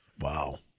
Wow